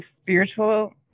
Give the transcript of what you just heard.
spiritual